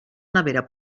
nevera